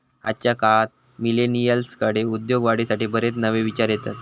आजच्या काळात मिलेनियल्सकडे उद्योगवाढीसाठी बरेच नवे विचार येतत